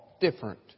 different